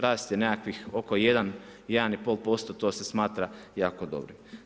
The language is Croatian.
Rast je nekakvih oko 1, 1,5%, to se smatra jako dobrim.